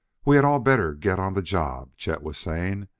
we had all better get on the job, chet was saying,